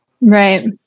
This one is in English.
Right